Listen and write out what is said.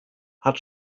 hat